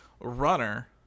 Runner